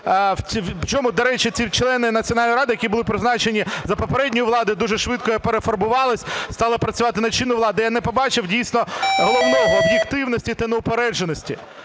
в чому… До речі, ці члени Національної ради, які були призначені за попередньої влади, дуже швидко перефарбувались, стали працювати на чинну владу. Я не побачив дійсно головного – об'єктивності та неупередженості.